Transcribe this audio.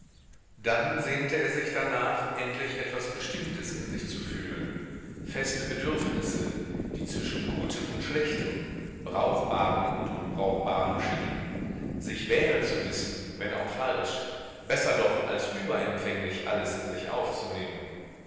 dann sehnte er sich danach endlich etwas bestimmtes in sich zu fühlen feste bedürfnisse die zwischen gutem und schlechtem brauchbarem und unbrauchbarem schieden sich wählen zu wissen wenn auch falsch besser doch als überempfänglich alles in sich aufzunehmen